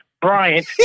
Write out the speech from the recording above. Bryant